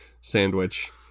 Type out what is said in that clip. sandwich